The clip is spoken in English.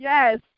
Yes